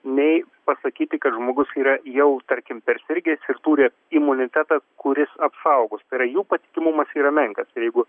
nei pasakyti kad žmogus yra jau tarkim persirgęs ir turi imunitetą kuris apsaugos tai yra jų patikimumas yra menkas ir jeigu